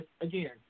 again